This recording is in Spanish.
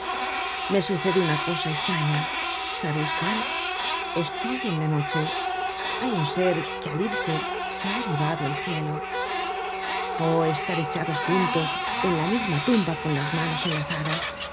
me sucede una cosa estraña sabeis cuál estoy en la noche hay un ser que al irse se ha llevado el cielo oh estar echados juntos en la misma tumba con las manos enlazadas